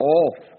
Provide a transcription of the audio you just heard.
off